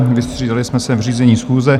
Vystřídali jsme se v řízení schůze.